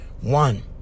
One